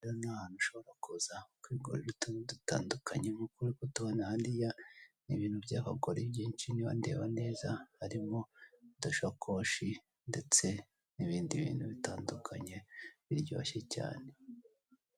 Aha rero nahantu ushobora kuza ukigurira utuntu dutandukanye nkuko uri kutubona hariya nibintu byabagore byinshi niba ndeba neza harimo udu shakoshi ndetse n'ibindi bintu bitandukanye biryoshye cyane.